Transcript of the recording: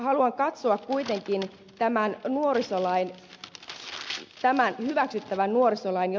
haluan katsoa kuitenkin jo tämän hyväksyttävän nuorisolain tulevaisuuteen